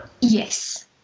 yes